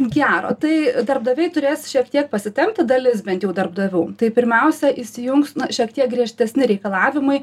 gero tai darbdaviai turės šiek tiek pasitempti dalis bent jau darbdavių tai pirmiausia įsijungs šiek tiek griežtesni reikalavimai